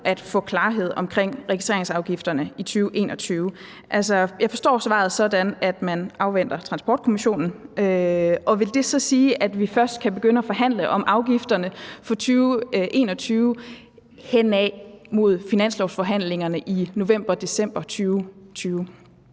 at få klarhed omkring registreringsafgifterne i 2021. Jeg forstår svaret sådan, at man afventer Transportkommissionen, og vil det så sige, at vi først kan begynde at forhandle om afgifterne for 2021 hen mod finanslovsforhandlingerne i november og december 2020?